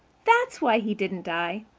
that's why he didn't die.